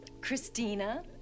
christina